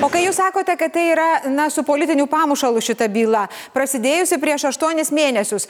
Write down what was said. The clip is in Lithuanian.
o kai jūs sakote kad tai yra na su politiniu pamušalu šita byla prasidėjusi prieš aštuonis mėnesius